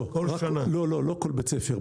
לא כל בית ספר.